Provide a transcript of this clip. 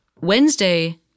Wednesday